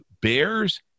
Bears